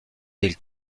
del